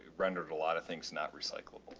rendered a lot of things not recycled.